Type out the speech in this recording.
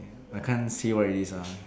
ya I can't see what it is ah